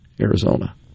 Arizona